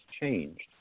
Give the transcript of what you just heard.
changed